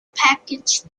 package